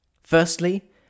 Firstly